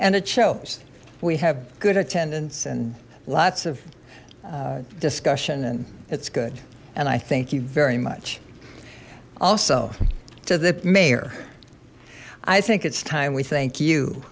and it shows we have good attendance and lots of discussion and it's good and i thank you very much also to the mayor i think it's time we thank you